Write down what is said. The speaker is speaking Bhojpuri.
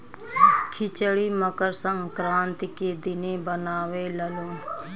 खिचड़ी मकर संक्रान्ति के दिने बनावे लालो